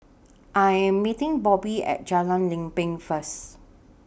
I Am meeting Bobby At Jalan Lempeng First